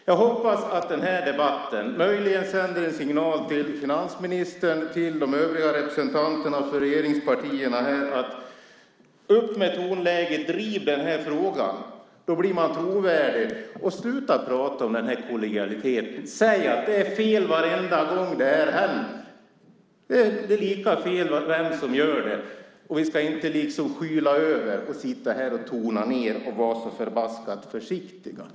Jag hoppas att den här debatten möjligen sänder en signal till finansministern och de övriga representanterna för regeringspartierna: Upp med tonläget! Driv den här frågan! Då blir man trovärdig. Och sluta prata om kollegialiteten! Säg att det är fel varenda gång det här händer! Det är lika fel vem än som gör det, och vi ska inte skyla över, tona ned och vara så förbaskat försiktiga.